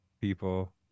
people